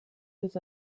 was